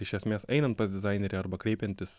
iš esmės einant pas dizainerį arba kreipiantis